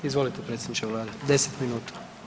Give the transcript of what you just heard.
Izvolite predsjedniče Vlade 10 minuta.